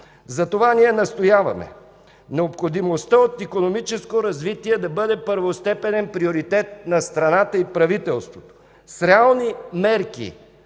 Затова ние настояваме: необходимостта от икономическо развитие да бъде първостепенен приоритет на страната и правителството, с реални мерки,